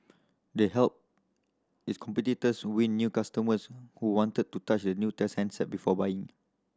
they helped its competitors win new customers who wanted to touch and new test handset before buying